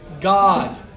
God